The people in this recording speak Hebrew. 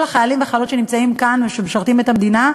שכל החיילים והחיילות שנמצאים כאן ושמשרתים את המדינה,